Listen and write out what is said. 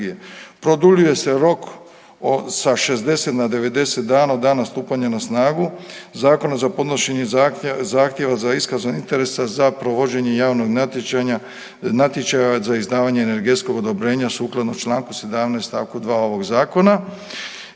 Produljuje se rok sa 60 na 90 dana od dana stupanja na snagu, zakon za podnošenje zahtjeva za iskazom interesa za provođenje javnog natječaja za izdavanje energetskog odobrenja sukladno čl. 17 st. 2 ovog Zakona